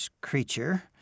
creature